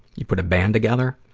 you put a band together,